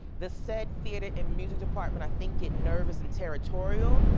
the said theater and music department, i think, get nervous and territorial.